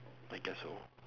I guess so